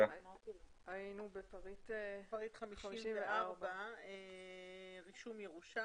היינו בפריט 54. רישום ירושה.